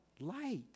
light